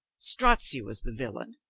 strozzi was the villain.